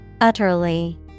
Utterly